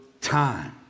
time